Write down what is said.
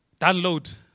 download